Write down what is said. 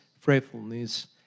faithfulness